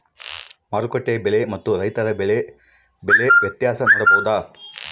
ಮಾರುಕಟ್ಟೆ ಬೆಲೆ ಮತ್ತು ರೈತರ ಬೆಳೆ ಬೆಲೆ ವ್ಯತ್ಯಾಸ ನೋಡಬಹುದಾ?